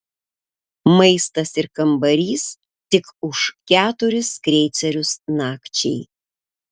maistas ir kambarys tik už keturis kreicerius nakčiai